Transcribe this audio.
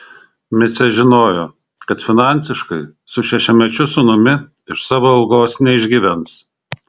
micė žinojo kad finansiškai su šešiamečiu sūnumi iš savo algos neišgyvens